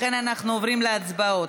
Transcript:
לכן אנחנו עוברים להצבעות.